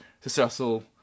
successful